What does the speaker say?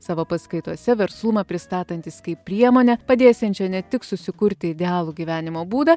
savo paskaitose verslumą pristatantis kaip priemonę padėsiančią ne tik susikurti idealų gyvenimo būdą